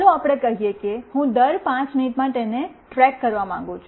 ચાલો આપણે કહીએ કે હું દર 5 મિનિટમાં તેને ટ્રેક કરવા માંગું છું